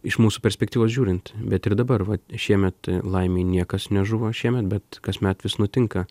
iš mūsų perspektyvos žiūrint bet ir dabar va šiemet laimei niekas nežuvo šiemet bet kasmet vis nutinka